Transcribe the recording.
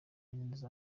neza